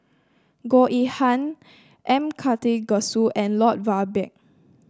Goh Yihan M Karthigesu and Lloyd Valberg